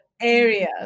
areas